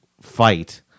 fight